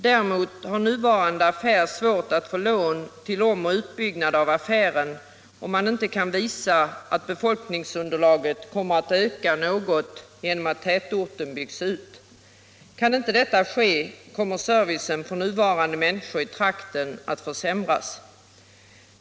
Däremot har nuvarande affär svårt att få lån till omoch utbyggnad, om man inte kan visa att befolkningsunderlaget kommer att öka något genom att tätorten byggs ut. Kan inte detta ske, kommer servicen för nuvarande människor i trakten att försämras.